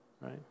right